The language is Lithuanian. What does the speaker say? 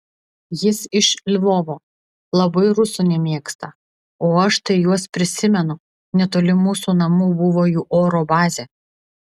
jis iš lvovo labai rusų nemėgsta o aš tai juos prisimenu netoli mūsų namų buvo jų oro bazė